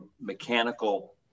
mechanical